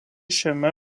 šiame